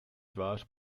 tvář